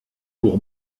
pour